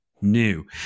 new